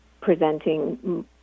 presenting